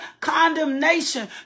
condemnation